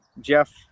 jeff